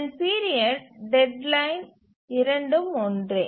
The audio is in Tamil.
அதன் பீரியட் டெட்லைன் இரண்டும் ஒன்றே